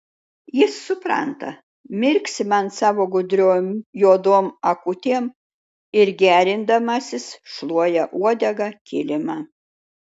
jis supranta mirksi man savo gudriom juodom akutėm ir gerindamasis šluoja uodega kilimą